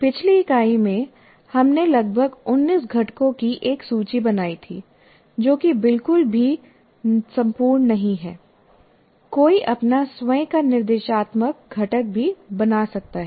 पिछली इकाई में हमने लगभग 19 घटकों की एक सूची बनाई थी जो कि बिल्कुल भी नहीं है संपूर्ण कोई अपना स्वयं का निर्देशात्मक घटक भी बना सकता है